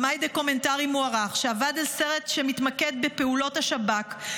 במאי דוקומנטרי מוערך שעבד על סרט שמתמקד בפעולות השב"כ,